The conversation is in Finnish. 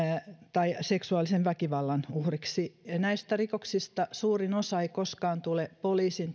tai seksuaalisen väkivallan uhriksi näistä rikoksista suurin osa ei koskaan tule poliisin